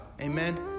Amen